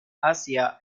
asia